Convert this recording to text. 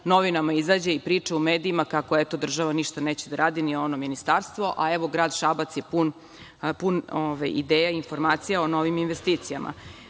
novinama izađe i priča u medijima kako država ništa neće da radi ni Ministarstvo, a evo, grad Šabac je pun ideja i informacije o novim investitorima. Dakle,